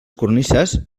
cornises